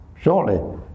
surely